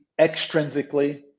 extrinsically